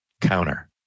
counter